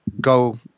go –